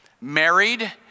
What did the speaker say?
married